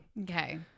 okay